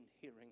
hearing